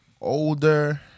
older